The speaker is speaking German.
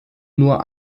nur